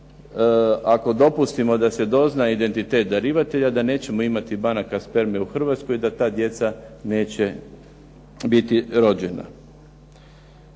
ako dopustimo da se dozna identitet darivatelja da nećemo imati banaka sperme u Hrvatskoj i da ta djeca neće biti rođena.